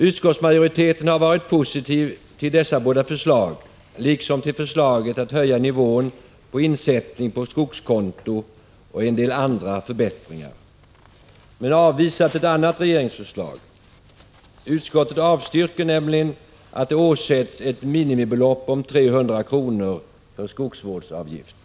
Utskottsmajoriteten har varit positiv till dessa båda förslag liksom till förslaget att höja nivån för insättning på skogskonto och en del andra förbättringar men har avvisat ett annat regeringsförslag. Utskottet avstyrker — Prot. 1985/86:163 nämligen att det åsätts ett minimibelopp om 300 kr. för skogsvårdsavgift.